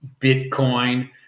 bitcoin